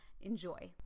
Enjoy